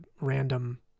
random